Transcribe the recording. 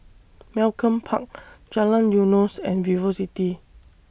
Malcolm Park Jalan Eunos and Vivocity